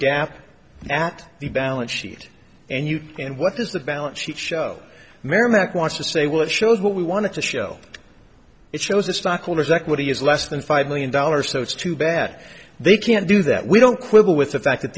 gap at the balance sheet and you and what is the balance sheet show merrimac wants to say well it shows what we want to show it shows the stockholders equity is less than five million dollars so it's too bad they can't do that we don't quibble with the fact that